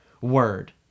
Word